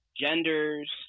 genders